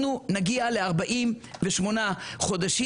אנחנו נגיע ל-48 חודשים.